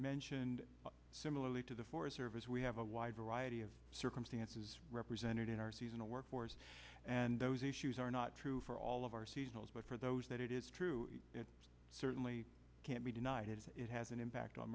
mentioned similarly to the forest service we have a wide variety of circumstances represented in our seasonal workforce and those issues are not true for all of our seasonals but for those that it is true it certainly can't be denied it has an impact on